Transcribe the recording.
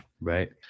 right